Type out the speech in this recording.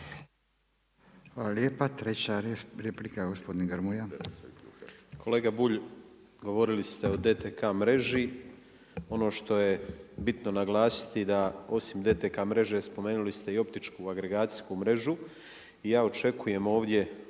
Hvala lijepa. Druga replika, gospodin Domagoj